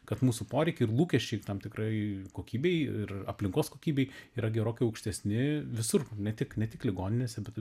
kad mūsų poreikiai ir lūkesčiai tam tikrai kokybei ir aplinkos kokybei yra gerokai aukštesni visur ne tik ne tik ligoninėse bet